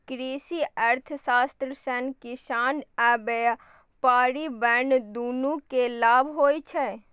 कृषि अर्थशास्त्र सं किसान आ व्यापारी वर्ग, दुनू कें लाभ होइ छै